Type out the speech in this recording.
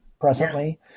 presently